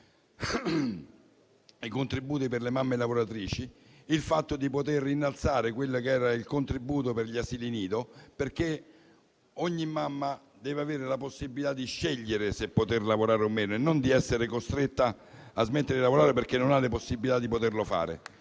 decontribuzione per le mamme lavoratrici e l'aumento del contributo per gli asili nido, perché ogni mamma deve avere la possibilità di scegliere se lavorare o meno e non essere costretta a smettere di lavorare perché non ha la possibilità di poterlo fare.